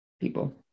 people